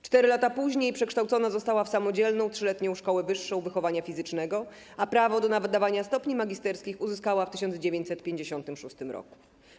4 lata później przekształcona została w samodzielną, 3-letnią Wyższą Szkołę Wychowania Fizycznego, a prawo do nadawania stopni magisterskich uzyskała w 1956 r.